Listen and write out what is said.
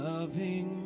Loving